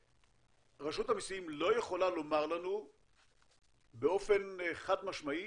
רשות המסים לא יכולה לומר לנו באופן חד משמעי,